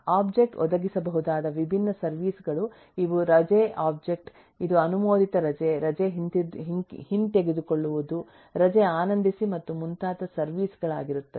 object ಒದಗಿಸಬಹುದಾದ ವಿಭಿನ್ನ service ಗಳು ಇವು ರಜೆ ಒಬ್ಜೆಕ್ಟ್ ಇದು ಅನುಮೋದಿತ ರಜೆ ರಜೆ ಹಿಂತೆಗೆದುಕೊಳ್ಳುವುದು ರಜೆ ಆನಂದಿಸಿ ಮತ್ತು ಮುಂತಾದ ಸರ್ವಿಸ್ ಗಳಾಗಿರುತ್ತದೆ